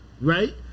right